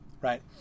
right